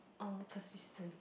uh persistent